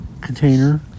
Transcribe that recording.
Container